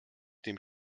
dem